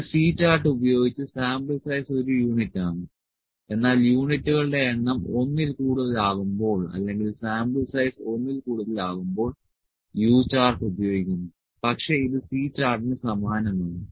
ഒരു C chart ഉപയോഗിച്ച് sample size ഒരു യൂണിറ്റാണ് എന്നാൽ യൂണിറ്റുകളുടെ എണ്ണം ഒന്നിൽ കൂടുതലാകുമ്പോൾ അല്ലെങ്കിൽ സാമ്പിൾ സൈസ് ഒന്നിൽ കൂടുതൽ ആകുമ്പോൾ U ചാർട്ട് ഉപയോഗിക്കുന്നു പക്ഷേ ഇത് C ചാർട്ടിന് സമാനമാണ്